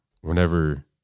whenever